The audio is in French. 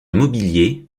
mobilier